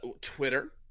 Twitter